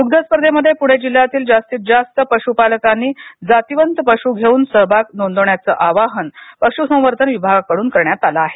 दुग्ध स्पर्धेमध्ये पुणे जिल्ह्यातील जास्तीत जास्त पश्पालकांनी जातिवंत पश् घेऊन सहभाग नोंदवाण्याच आवाहनपश्संवर्धन विभागाकडून करण्यात आल आहे